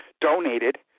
donated